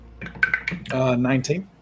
19